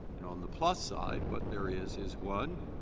and on the plus side what there is, is, one,